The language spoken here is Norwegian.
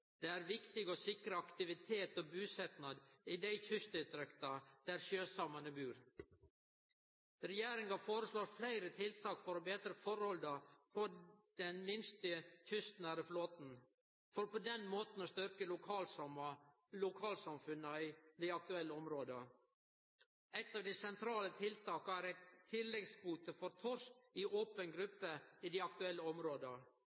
Det er viktig å sikre aktivitet og busetnad i dei kystdistrikta der sjøsamane bur. Regjeringa foreslår fleire tiltak for å betre forholda for den minste, kystnære flåten, for på den måten å styrkje lokalsamfunna i dei aktuelle områda. Eitt av dei sentrale tiltaka er ein tilleggskvote for torsk i open